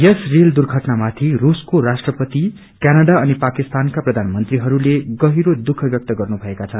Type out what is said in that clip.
यस रेल दुर्घटना माथि रूसको राष्ट्रपति क्यानाडा अनि पामिस्तानको प्रधानमंत्रीहरूले गहिरो दुःख व्यक्त गर्नुभएका छन्